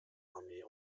armee